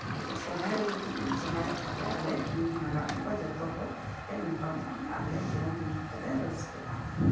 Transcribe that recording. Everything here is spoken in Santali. ᱠᱤᱱᱛᱩ ᱥᱚᱨᱦᱟᱭ ᱨᱮ ᱡᱩᱫᱤ ᱥᱚᱨᱦᱟᱭᱚᱜ ᱠᱷᱟᱡ ᱞᱮ ᱟᱞᱮ ᱤᱧᱢᱟᱜᱟᱣ ᱟᱹᱜᱩ ᱠᱚᱣᱟ ᱡᱚᱛᱚ ᱦᱚᱲ ᱟᱨᱞᱮ ᱧᱟᱯᱟᱢᱚᱜᱼᱟ ᱟᱨᱞᱮ ᱡᱚᱢ ᱧᱩ ᱠᱟᱛᱮ ᱞᱮ ᱨᱟᱹᱥᱠᱟᱹᱜᱼᱟ